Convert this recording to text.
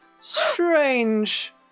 Strange